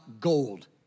gold